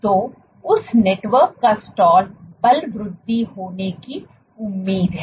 तो उस नेटवर्क का स्टाल बल वृद्धि होने की उम्मीद है